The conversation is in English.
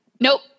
nope